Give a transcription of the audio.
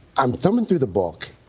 i'm thumbing through the book,